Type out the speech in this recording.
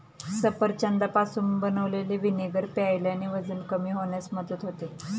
सफरचंदापासून बनवलेले व्हिनेगर प्यायल्याने वजन कमी होण्यास मदत होते